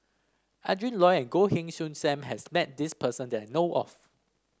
Adrin Loi and Goh Heng Soon Sam has met this person that I know of